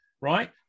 Right